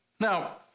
Now